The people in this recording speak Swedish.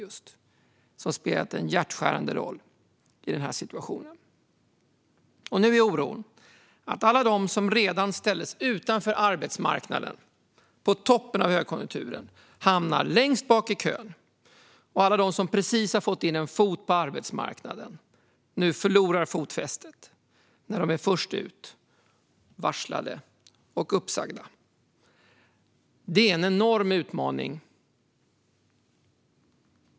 Detta spelar en hjärtskärande roll i denna situation. Nu är oron att alla de som redan ställdes utanför arbetsmarknaden på toppen av högkonjunkturen ska hamna längst bak i kön och att alla de som precis fått in en fot på arbetsmarknaden nu förlorar fotfästet när de är först ut, varslade och uppsagda. Detta är en enorm utmaning.